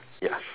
ya